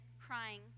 crying